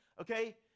Okay